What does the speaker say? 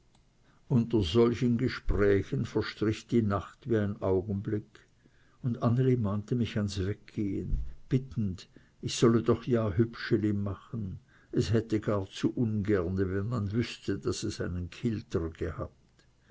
unter solchen gesprächen verstrich die nacht wie ein augenblick und anneli mahnte mich ans weggehen bittend ich solle doch ja hübscheli machen es hätte gar zu ungerne wenn man wüßte daß es einen kilter gehabt